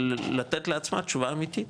ולתת לעצמה תשובה אמיתית,